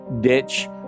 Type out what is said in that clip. ditch